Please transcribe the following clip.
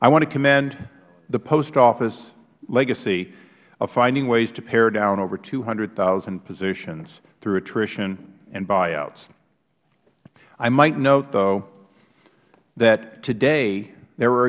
i want to commend the post office legacy of finding ways to pare down over two hundred thousand positions through attrition and buyouts i might note though that today there are